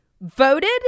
voted